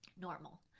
Normal